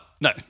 no